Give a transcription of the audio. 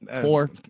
Four